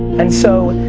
and so,